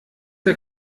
der